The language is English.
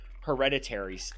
hereditary